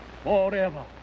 Forever